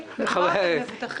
כשמדובר על ביטוח משלים,